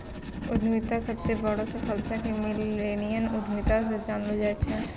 उद्यमीके सबसे बड़ो सफलता के मिल्लेनियल उद्यमिता से जानलो जाय छै